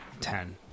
Ten